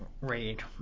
read